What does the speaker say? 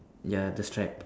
ya the strap